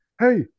hey